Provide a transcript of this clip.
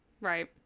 Right